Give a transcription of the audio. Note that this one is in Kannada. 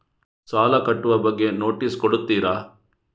ಸಾಲ ಕಟ್ಟುವ ಬಗ್ಗೆ ನೋಟಿಸ್ ಕೊಡುತ್ತೀರ?